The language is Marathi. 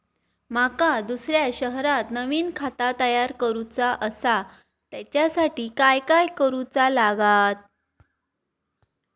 माका दुसऱ्या शहरात नवीन खाता तयार करूचा असा त्याच्यासाठी काय काय करू चा लागात?